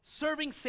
serving